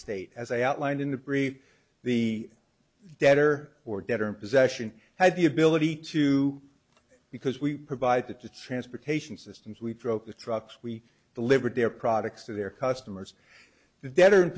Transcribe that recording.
estate as i outlined in the brief the debtor or debtor in possession had the ability to because we provide that to transportation systems we drove the trucks we delivered their products to their customers